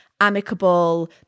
Amicable